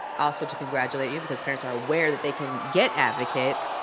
also to congratulate you because parents are aware that they can get advocates.